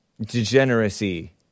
degeneracy